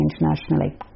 internationally